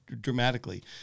dramatically